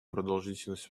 продолжительность